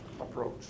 approach